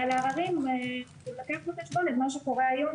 לעררים לוקח בחשבון את מה שקורה היום,